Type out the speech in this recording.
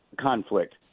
conflict